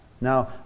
Now